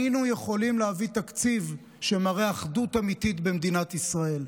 היינו יכולים להביא תקציב שמראה אחדות אמיתית במדינת ישראל.